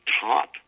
top